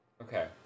Okay